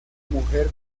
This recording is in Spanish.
mujer